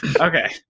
Okay